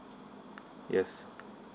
yes